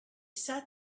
sat